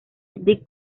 dick